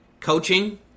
coaching